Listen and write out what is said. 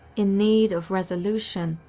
in need of resolution,